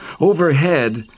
Overhead